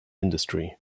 industry